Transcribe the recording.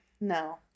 no